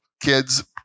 kids